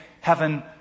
heaven